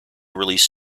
released